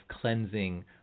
cleansing